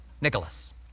Nicholas